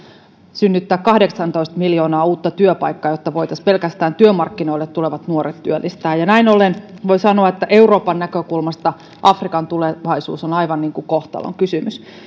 synnyttää kahdeksantoista miljoonaa uutta työpaikkaa jotta voitaisiin pelkästään työmarkkinoille tulevat nuoret työllistää ja näin ollen voi sanoa että euroopan näkökulmasta afrikan tulevaisuus on aivan kohtalonkysymys